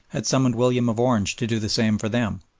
had summoned william of orange to do the same for them.